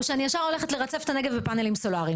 או שאני ישר הולכת לרצף את הנגב בפאנלים סולאריים?